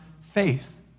faith